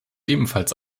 ebenfalls